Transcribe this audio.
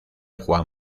juan